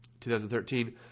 2013